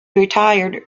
retired